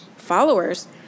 Followers